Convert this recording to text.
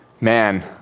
man